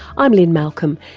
i'm lynne malcolm.